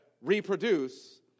reproduce